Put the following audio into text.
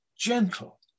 gentle